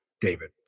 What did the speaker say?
David